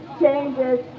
changes